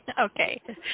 Okay